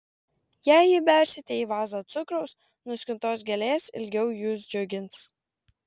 jei įbersite į vazą cukraus nuskintos gėlės ilgiau jus džiugins